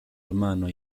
hermano